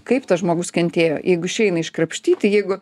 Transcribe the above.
kaip tas žmogus kentėjo jeigu išeina iškrapštyti jeigu